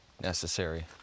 necessary